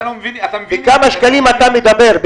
בכמה שקלים אתה מדבר?